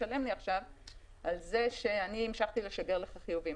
תשלם לי עכשיו על זה שאני המשכתי לשגר אליך חיובים.